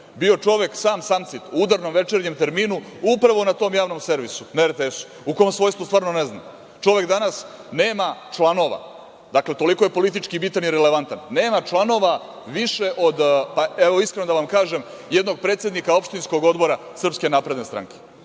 bio čovek sam samcit u udarnom, večernjem terminu upravo na tom Javnom servisu na RTS, u kom svojstvu stvarno ne znam? Čovek danas nema članova. Dakle, toliko je politički bitan i relevantan, a nema članova više od, pa, evo, iskreno da vam kažem, jednog predsednika opštinskog odbora SNS. Bukvalno toliko. Da